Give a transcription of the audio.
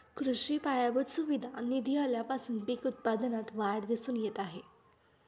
कृषी पायाभूत सुविधा निधी आल्यापासून पीक उत्पादनात वाढ दिसून येत आहे